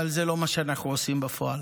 אבל זה לא מה שאנחנו עושים בפועל.